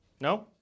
No